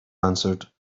answered